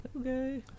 okay